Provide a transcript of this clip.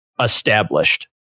established